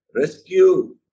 rescue